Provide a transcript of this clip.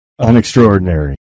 Unextraordinary